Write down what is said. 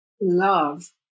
love